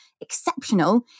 exceptional